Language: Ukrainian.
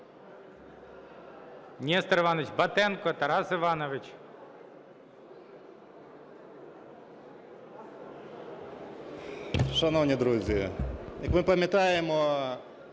Шановні друзі, як ми пам'ятаємо,